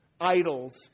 idols